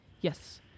Yes